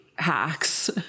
hacks